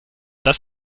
das